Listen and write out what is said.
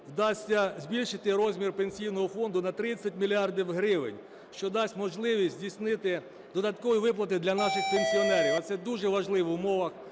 вдасться збільшити розмір Пенсійного фонду на 30 мільярдів гривень, що дасть можливість здійснити додаткові виплати для наших пенсіонерів, і це дуже важливо в умовах